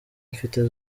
mfite